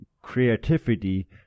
creativity